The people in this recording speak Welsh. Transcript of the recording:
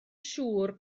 siŵr